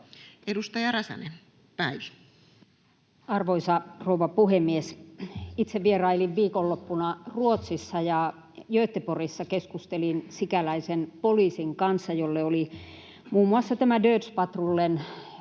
13:19 Content: Arvoisa rouva puhemies! Itse vierailin viikonloppuna Ruotsissa, ja Göteborgissa keskustelin sikäläisen poliisin kanssa, jolle oli tuttu muun muassa tämä Dödspatrullen,